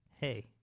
hey